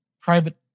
private